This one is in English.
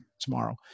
tomorrow